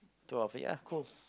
two of it yeah cool